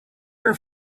her